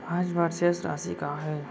आज बर शेष राशि का हे?